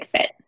fit